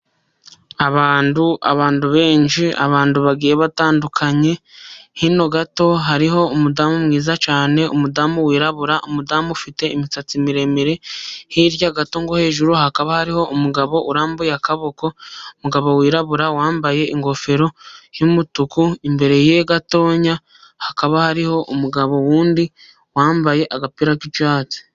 Abantu benshi abantu bagiye batandukanye hino gato hariho umudamu mwiza cyane, umudamu wirabura umudamu ufite imisatsi miremire. Hirya gato hejuru hakaba hariho umugabo urambuye akaboko umugabo wirabura wambaye ingofero y'umutuku, imbere gatoya hakaba hariho umugabo wundi wambaye agapira k'icyatsi.